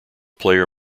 player